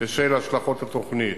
בשל השלכות התוכנית.